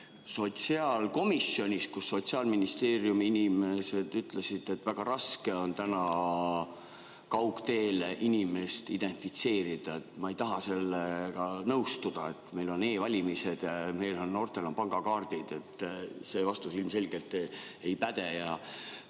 sotsiaalkomisjonis. Sotsiaalministeeriumi inimesed ütlesid seal, et väga raske on täna kaugteel inimest identifitseerida. Ma ei taha sellega nõustuda. Meil on e-valimised, meil on noortel pangakaardid. See vastus ilmselgelt ei päde